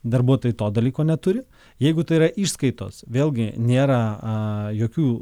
darbuotojai to dalyko neturi jeigu tai yra išskaitos vėlgi nėra jokių